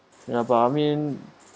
ya but I mean